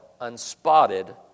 unspotted